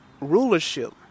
rulership